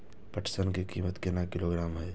पटसन की कीमत केना किलोग्राम हय?